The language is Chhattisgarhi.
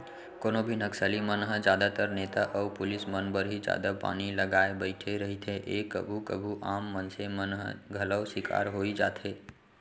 कोनो भी नक्सली मन ह जादातर नेता अउ पुलिस मन बर ही जादा बानी लगाय बइठे रहिथे ए कभू कभू आम मनसे मन ह घलौ सिकार होई जाथे